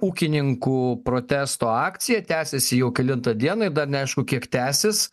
ūkininkų protesto akcija tęsiasi jau kelintą dieną dar neaišku kiek tęsis